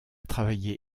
travaillé